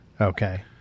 Okay